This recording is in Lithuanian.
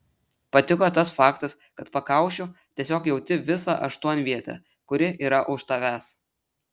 patiko tas faktas kad pakaušiu tiesiog jauti visą aštuonvietę kuri yra už tavęs